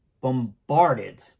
bombarded